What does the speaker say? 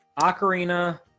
Ocarina